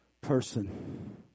person